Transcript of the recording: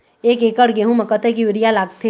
एक एकड़ गेहूं म कतक यूरिया लागथे?